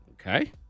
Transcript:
Okay